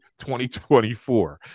2024